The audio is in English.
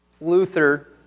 Luther